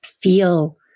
feel